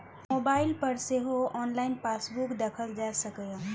mobile पर सेहो online passbook देखल जा सकैए